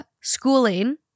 schooling